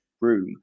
room